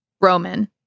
Roman